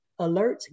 alerts